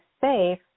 safe